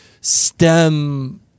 stem